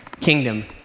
Kingdom